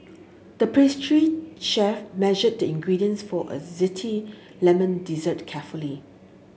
the pastry chef measured the ingredients for a zesty lemon dessert carefully